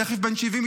תכף בן 70,